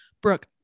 Brooke